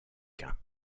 quint